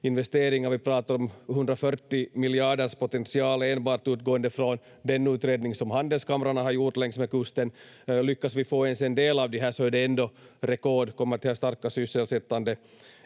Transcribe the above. investeringar. Vi pratar om 140 miljarders potential enbart utgående från den utredning som handelskamrarna har gjort längs med kusten. Lyckas vi få ens en del av de här är det ändå rekord, kommer att ge starka sysselsättande